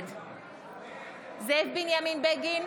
נגד זאב בנימין בגין,